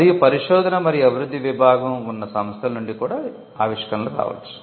మరియు పరిశోధన మరియు అభివృద్ధి విభాగం ఉన్న సంస్థల నుండి కూడా ఆవిష్కరణలు రావచ్చు